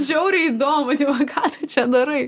žiauriai įdomu tipo ką tu čia darai